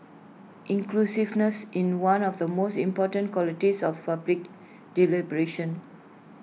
inclusiveness in one of the most important qualities of public deliberation